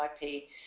IP